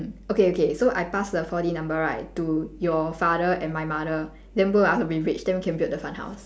okay okay so I pass the four D number right to your father and my mother then both of us will be rich then we can build the fun house